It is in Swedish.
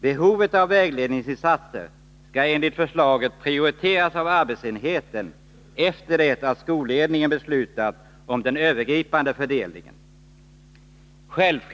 Behovet av vägledningsinsatser skall enligt förslaget prioriteras av arbetsenheten efter det att skolledningen beslutat om den övergripande fördelningen.